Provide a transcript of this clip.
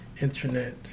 internet